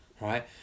right